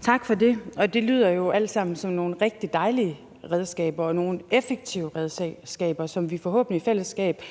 Tak for det. Det lyder jo alt sammen til at være nogle rigtig dejlige redskaber og nogle effektive redskaber, som vi forhåbentlig i fællesskab